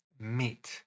meat